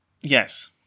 yes